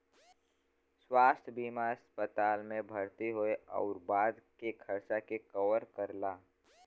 स्वास्थ्य बीमा अस्पताल में भर्ती होये आउर बाद के खर्चा के कवर करला